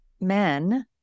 men